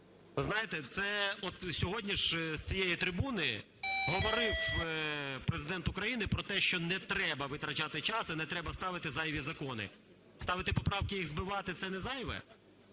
От сьогодні ж з цієї трибуни говорив Президент України про те, що не треба витрачати час і не треба ставити зайві закони. Ставити поправки і їх збивати – це не зайве?